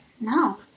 No